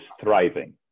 thriving